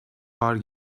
var